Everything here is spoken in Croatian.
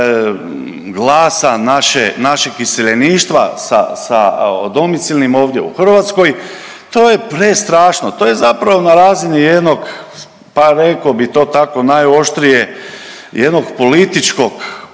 glasa našeg iseljeništva sa domicilnim ovdje u Hrvatskoj. To je prestrašno. To je zapravo na razini jednog pa rekao bih to tako najoštrije jednog političkog,